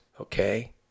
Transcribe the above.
okay